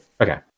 Okay